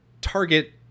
Target